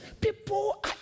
people